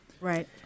Right